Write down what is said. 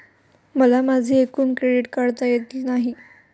मला माझे एकूण क्रेडिट काढता येत नाही